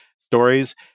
stories